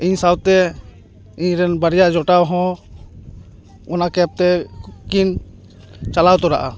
ᱤᱧ ᱥᱟᱶᱛᱮ ᱤᱧᱨᱮᱱ ᱵᱟᱨᱭᱟ ᱡᱚᱴᱟᱣ ᱦᱚᱸ ᱚᱱᱟ ᱠᱮᱯ ᱛᱮ ᱠᱤᱱ ᱪᱟᱞᱟᱣ ᱛᱚᱨᱟᱜᱼᱟ